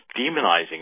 demonizing